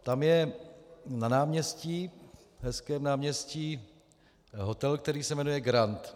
Tam je na náměstí, hezkém náměstí, hotel, který se jmenuje Grand.